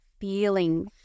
feeling